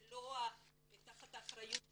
זה לא תחת אחריות שלי.